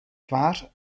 tvář